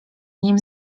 nim